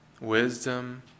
wisdom